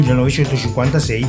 1956